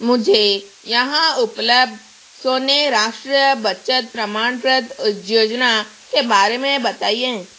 मुझे यहाँ उपलब्ध राष्ट्रीय बचत प्रमाणपत्र योजना के बारे में बताइए